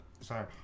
Sorry